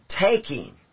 taking